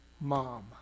mom